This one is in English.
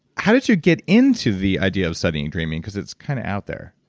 how did you get into the idea of studying dreaming because it's kind of out there?